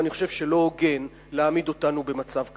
ואני חושב שלא הוגן להעמיד אותנו במצב כזה.